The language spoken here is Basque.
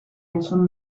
entzun